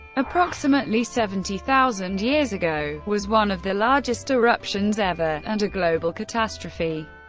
approximately seventy thousand years ago, was one of the largest eruptions ever, and a global catastrophe.